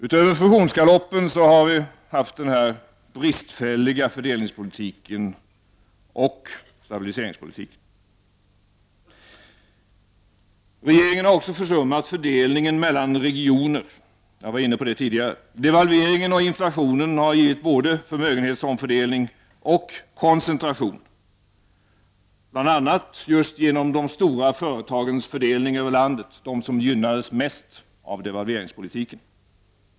Utöver fusionsgaloppen har vi haft den bristfälliga fördelningspolitiken och stabiliseringspolitiken. Regeringen har också försummat fördelningen mellan regioner, som jag var inne på tidigare. Devalveringen och inflationen har givit både förmögenhetsomfördelning och koncentration, bl.a. genom just de stora företagens fördelning över landet, de som gynnades mest av devalveringspolitiken.